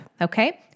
Okay